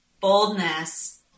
boldness